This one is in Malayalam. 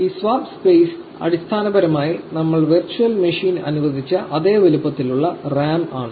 ഈ സ്വാപ്പ് സ്പേസ് അടിസ്ഥാനപരമായി നമ്മൾ വെർച്വൽ മെഷീൻ അനുവദിച്ച അതേ വലുപ്പത്തിലുള്ള റാം ആണ്